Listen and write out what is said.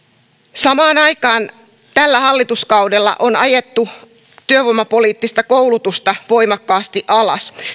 samaan aikaan tällä hallituskaudella on ajettu työvoimapoliittista koulutusta voimakkaasti alas